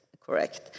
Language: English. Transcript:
correct